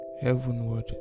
heavenward